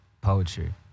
poetry